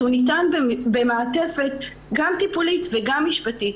שהוא ניתן במעטפת גם טיפולית וגם משפטית.